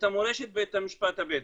ואת המשפט הבדואי.